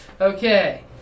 Okay